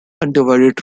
undivided